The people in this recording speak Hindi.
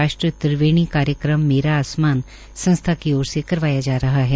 राष्ट्र त्रिवेणी कार्यक्रम मेरा आसमान संस्था की ओर से करवाया जा रहा है